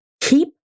Keep